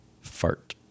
fart